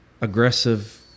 aggressive